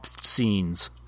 scenes